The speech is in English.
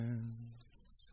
hands